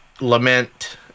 lament